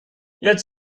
jetzt